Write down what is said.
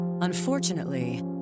Unfortunately